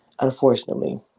unfortunately